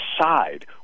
side